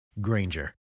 Granger